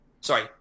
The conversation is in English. sorry